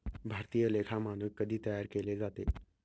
भारतीय लेखा मानक कधी तयार केले जाते?